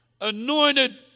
anointed